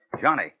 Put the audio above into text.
Johnny